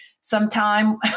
sometime